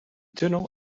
tunnel